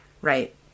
right